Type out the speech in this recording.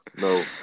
No